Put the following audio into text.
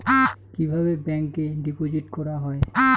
কিভাবে ব্যাংকে ডিপোজিট করা হয়?